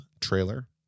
trailer